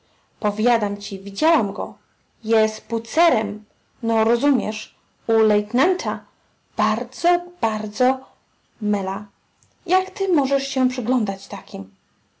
powiadam ci widziałam go jest pucerem no rozumiesz u lejtnanta bardzo bardzo jak ty możesz się przyglądać takim